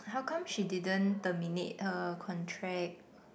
how come she didn't terminate her contract